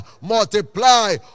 multiply